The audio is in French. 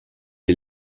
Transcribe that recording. est